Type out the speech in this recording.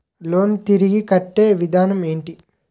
Loan తిరిగి కట్టే విధానం ఎంటి?